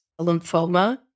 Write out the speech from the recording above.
lymphoma